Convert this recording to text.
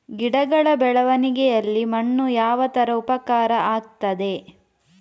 ಗಿಡಗಳ ಬೆಳವಣಿಗೆಯಲ್ಲಿ ಮಣ್ಣು ಯಾವ ತರ ಉಪಕಾರ ಆಗ್ತದೆ?